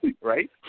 right